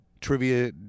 trivia